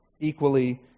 equally